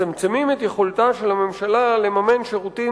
מצמצמים את יכולתה של הממשלה לממן שירותים